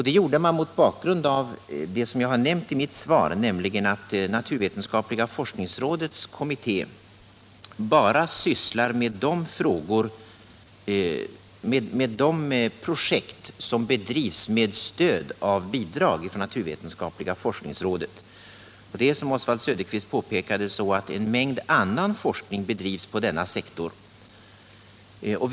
Det gjorde man mot bakgrund av det som jag nämnt i mitt svar, nämligen att naturvetenskapliga forskningsrådets kommitté bara sysslar med de projekt som bedrivs med stöd av bidrag från naturvetenskapliga forskningsrådet. Som Oswald Söderqvist påpekade bedrivs en mängd annan forskning på denna sektor.